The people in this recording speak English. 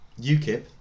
UKIP